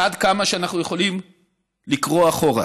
עד כמה שאנחנו יכולים לקרוא אחורה.